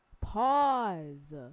pause